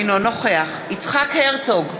אינו נוכח יצחק הרצוג,